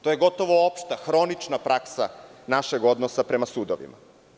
To je gotovo opšta, hronična praksa našeg odnosa prema sudovima.